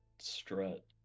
Strut